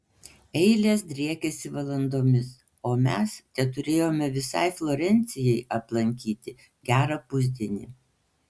eilės driekiasi valandomis o mes teturėjome visai florencijai aplankyti gerą pusdienį